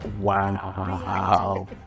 wow